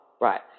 right